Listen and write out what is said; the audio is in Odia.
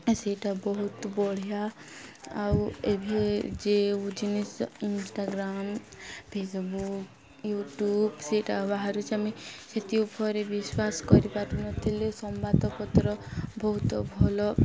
ସେଇଟା ବହୁତ ବଢ଼ିଆ ଆଉ ଏବେ ଯେଉଁ ଜିନିଷ ଇନଷ୍ଟାଗ୍ରାମ୍ ଫେସବୁକ୍ ୟୁଟ୍ୟୁବ୍ ସେଇଟା ବାହାରୁଛି ଆମେ ସେଥି ଉପରେ ବିଶ୍ୱାସ କରିପାରୁନଥିଲେ ସମ୍ବାଦପତ୍ର ବହୁତ ଭଲ